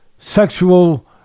sexual